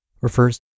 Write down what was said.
refers